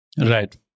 Right